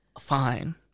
Fine